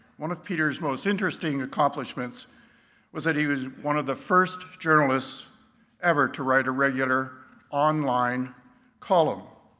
one of peter's most interesting accomplishments was that he was one of the first journalists ever to write a regular online column,